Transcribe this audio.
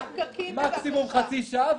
מקסימום חצי שעה,